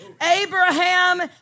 Abraham